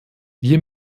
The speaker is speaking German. wir